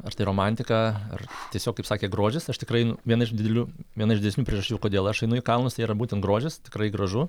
ar tai romantika ar tiesiog kaip sakė grožis aš tikrai viena iš didelių viena iš didesnių priežasčių kodėl aš einu į kalnus tai yra būtent grožis tikrai gražu